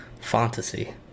Fantasy